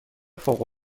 فوق